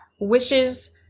wishes